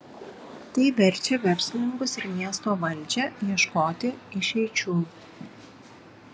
tai verčia verslininkus ir miesto valdžią ieškoti išeičių